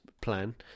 plan